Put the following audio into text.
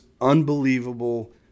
unbelievable